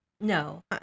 no